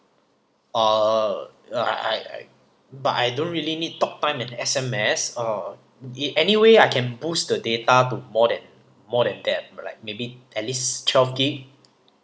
uh I I but I don't really need talk time and S_M_S uh it anyway I can boost the data to more than more than that right may be at least twelve gig